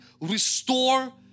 restore